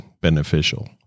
beneficial